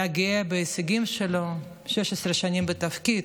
הוא היה גאה בהישגים שלו 16 שנים בתפקיד,